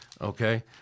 okay